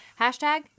Hashtag